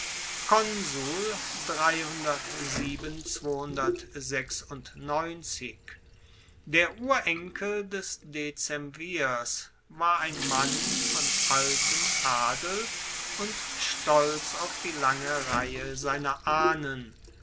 der ururenkel des dezemvirs war ein mann von altem adel und stolz auf die lange reihe seiner ahnen